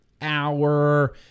hour